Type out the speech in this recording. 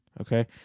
okay